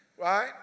Right